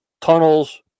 tunnels